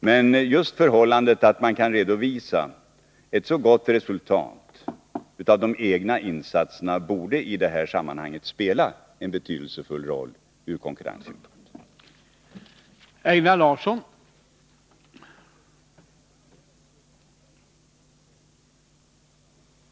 Men just förhållandet att man kan redovisa ett så gott resultat av de egna insatserna borde i det här sammanhanget spela en betydelsefull roll från konkurrenssynpunkt.